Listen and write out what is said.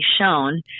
shown